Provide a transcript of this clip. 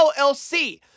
LLC